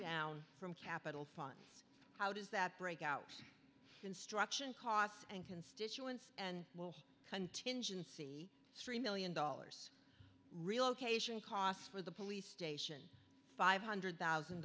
down from capital fund how does that break out construction costs and constituents and will contingency three million dollars relocation costs for the police station five hundred thousand